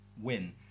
win